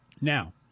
Now